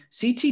CT